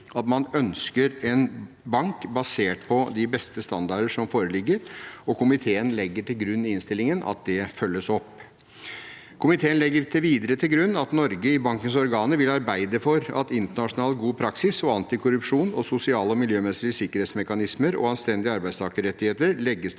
at man ønsker en bank basert på beste standarder som foreligger, og komiteen legger til grunn i innstillingen at det følges opp. Komiteen legger videre til grunn at Norge i bankens organer vil arbeide for at internasjonal god praksis, antikorrupsjon, sosiale og miljømessige sikkerhetsmekanismer og anstendige arbeidstakerrettigheter legges til